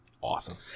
Awesome